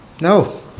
No